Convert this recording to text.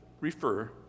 refer